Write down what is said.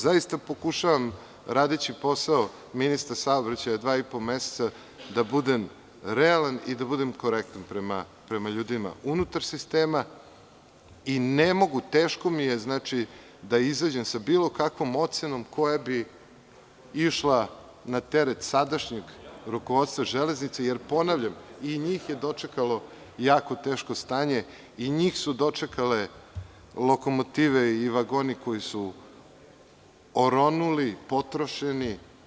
Zaista pokušavam, radeći posao ministra saobraćaja dva i po meseca, da budem realan i da budem korektan prema ljudima unutar sistema i ne mogu, teško mi je da izađem sa bilo kakvom ocenom koja bi išla na teret sadašnjeg rukovodstva železnice, jer ponavljam, i njih je dočekalo jako teško stanje, i njih su dočekale lokomotive i vagoni koji su oronuli, potrošeni.